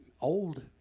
old